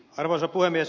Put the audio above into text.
arvoisa puhemies